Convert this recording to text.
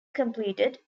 completed